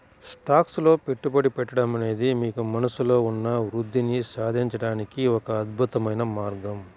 stocks లో పెట్టుబడి పెట్టడం అనేది మీకు మనస్సులో ఉన్న వృద్ధిని సాధించడానికి ఒక అద్భుతమైన మార్గం